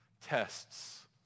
tests